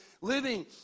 living